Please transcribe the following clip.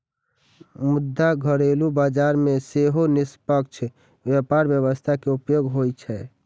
मुदा घरेलू बाजार मे सेहो निष्पक्ष व्यापार व्यवस्था के उपयोग होइ छै